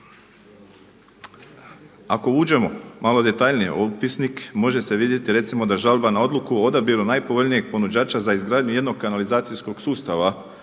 Ako uđemo malo detaljnije u upisnik može se vidjeti recimo da žalba na odluku o odabiru najpovoljnijeg ponuđača za izgradnju jednog kanalizacijskog sustava